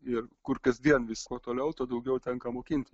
ir kur kasdien vis kuo toliau tuo daugiau tenka mokintis